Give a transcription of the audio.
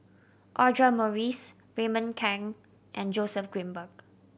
Audra Morrice Raymond Kang and Joseph Grimberg